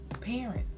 parents